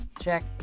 Check